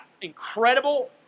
incredible